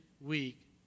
week